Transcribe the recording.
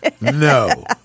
No